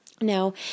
Now